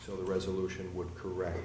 so the resolution would correct